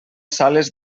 sales